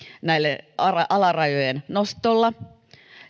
alarajojen nostolla